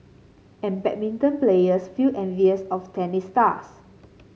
and badminton players feel envious of tennis stars